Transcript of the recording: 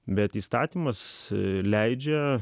bet įstatymas leidžia